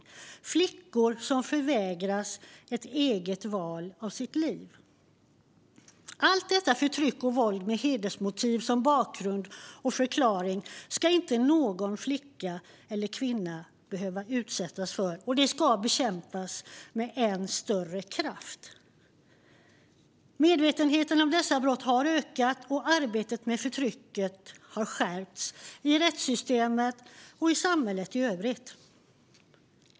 Det handlar om flickor som förvägras egna val av liv. Allt detta förtryck och våld med hedersmotiv som bakgrund och förklaring ska ingen flicka eller kvinna behöva utsättas för, och detta ska bekämpas med än större kraft. Medvetenheten om dessa brott har ökat och arbetet mot förtrycket har skärpts i rättssystemet och i samhället i övrigt.